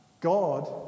God